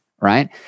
right